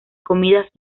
comidas